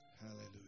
Hallelujah